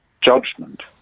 judgment